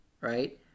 right